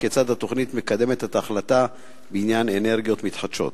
3. כיצד התוכנית מקדמת את ההחלטה בעניין אנרגיות מתחדשות?